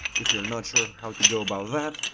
if you're not sure how to go about that,